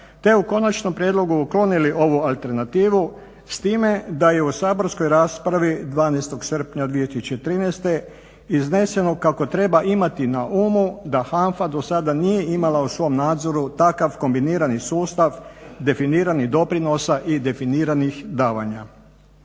te u konačnom prijedlogu uklonili ovu alternativu s time da je u saborskoj raspravi 12. srpnja 2013. izneseno kako treba imati na umu da HANFA dosada nije imala u svom nadzoru takav kombinirani sustav definiranih doprinosa i definiranih davanja.